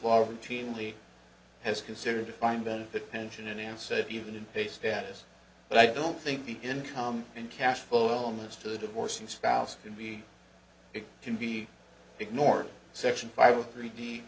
law routinely has considered a defined benefit pension and said even in pay status but i don't think the income and cash flow moves to the divorcing spouse can be it can be ignored section five a three d